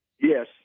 Yes